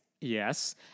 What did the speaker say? Yes